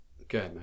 Okay